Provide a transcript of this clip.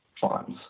funds